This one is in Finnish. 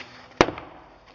päättyi